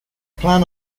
plan